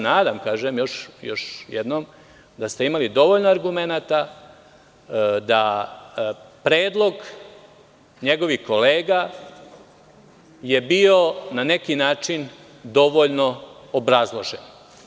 Nadam se, kažem još jednom, da ste imali dovoljno argumenata da predlog njegovih kolega je bio na neki način dovoljno obrazložen.